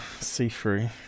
see-through